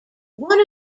one